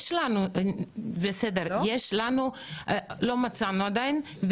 לא מצאנו עדיין.